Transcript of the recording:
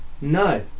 no